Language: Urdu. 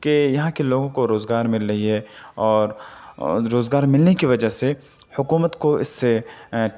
کہ یہاں کے لوگوں کو روزگار مل رہی ہے اور روزگار ملنے کی وجہ سے حکومت کو اس سے